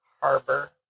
Harbor